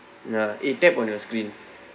ya eh tap on your screen